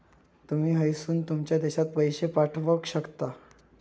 तुमी हयसून तुमच्या देशात पैशे पाठवक शकता